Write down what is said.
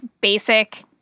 basic